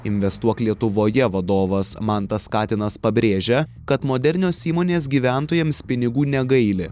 investuok lietuvoje vadovas mantas katinas pabrėžia kad modernios įmonės gyventojams pinigų negaili